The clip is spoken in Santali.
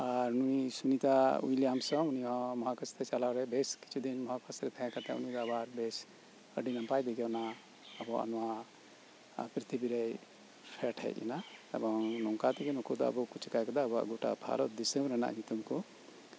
ᱟᱨ ᱱᱩᱭ ᱥᱩᱱᱤᱛᱟ ᱩᱭᱞᱤᱭᱟᱢᱥ ᱦᱚᱸ ᱩᱱᱤ ᱦᱚᱸ ᱢᱚᱦᱟᱠᱟᱥ ᱛᱮ ᱪᱟᱞᱟᱣ ᱨᱮ ᱵᱮᱥ ᱠᱤᱪᱷᱩ ᱫᱤᱱ ᱢᱚᱦᱟᱠᱟᱥ ᱨᱮ ᱛᱟᱦᱮᱸ ᱠᱟᱛᱮᱜ ᱩᱱᱤ ᱫᱚ ᱟᱵᱟᱨ ᱵᱮᱥ ᱟᱰᱤ ᱱᱟᱯᱟᱭ ᱛᱮᱜᱮ ᱚᱱᱟ ᱟᱵᱚᱣᱟᱜ ᱱᱚᱣᱟ ᱯᱤᱨᱛᱷᱤᱵᱤᱨᱮᱭ ᱯᱷᱮᱰ ᱦᱮᱡ ᱞᱮᱱᱟ ᱮᱵᱚᱝ ᱱᱚᱝᱠᱟ ᱛᱮᱜᱮ ᱱᱩᱠᱩ ᱫᱚ ᱟᱵᱚ ᱠᱚ ᱪᱤᱠᱟ ᱠᱮᱫᱟ ᱟᱵᱚᱣᱟᱜ ᱜᱯᱚᱴᱟ ᱵᱷᱟᱨᱚᱛ ᱫᱤᱥᱚᱢ ᱨᱮᱱᱟᱜ ᱧᱩᱛᱩᱢ ᱠᱚ